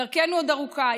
דרכנו עוד ארוכה,